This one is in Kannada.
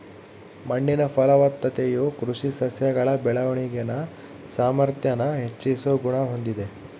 ಮಣ್ಣಿನ ಫಲವತ್ತತೆಯು ಕೃಷಿ ಸಸ್ಯಗಳ ಬೆಳವಣಿಗೆನ ಸಾಮಾರ್ಥ್ಯಾನ ಹೆಚ್ಚಿಸೋ ಗುಣ ಹೊಂದಿದೆ